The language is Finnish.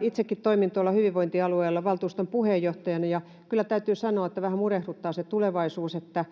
Itsekin toimin hyvinvointialueella valtuuston puheenjohtajana, ja kyllä täytyy sanoa, että vähän murehduttaa se tulevaisuus, miten